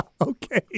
Okay